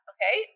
Okay